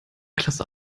klasse